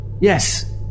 Yes